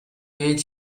each